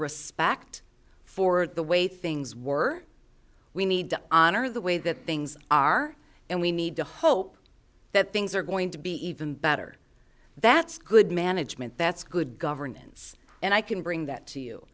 respect for the way things were we need to honor the way that things are and we need to hope that things are going to be even better that's good management that's good governance and i can bring that to you